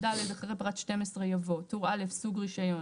אחרי פרט (12) יבוא: טור א': סוג רישיון.